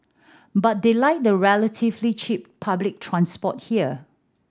but they like the relatively cheap public transport here